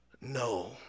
no